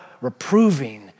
reproving